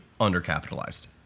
undercapitalized